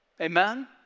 Amen